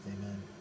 amen